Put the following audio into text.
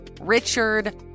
richard